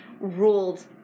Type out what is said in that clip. ruled